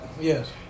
Yes